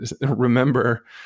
remember